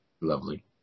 Lovely